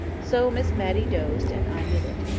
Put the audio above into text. so miss matty dozed, and i knitted.